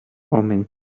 omens